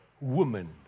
woman